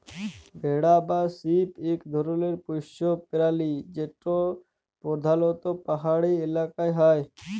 ভেড়া বা শিপ ইক ধরলের পশ্য পেরালি যেট পরধালত পাহাড়ি ইলাকায় হ্যয়